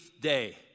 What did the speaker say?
day